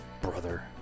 Brother